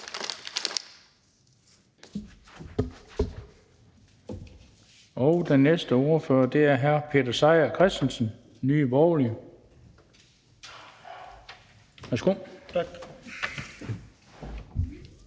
Den næste ordfører er hr. Peter Seier Christensen, Nye Borgerlige. Værsgo. Kl.